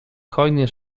hojnie